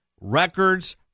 records